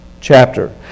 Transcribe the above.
chapter